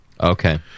Okay